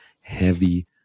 heavy